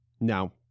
now